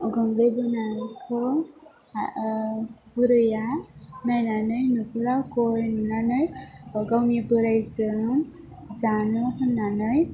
गोग्लै बोनायखौ बुरैया नायनानै नुब्ला गय नुनानै गावनि बोरायजों जानो होननानै